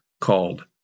called